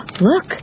Look